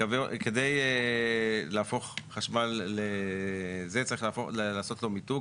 כדי להפוך חשמל לזה, צריך לעשות לו מיתוג.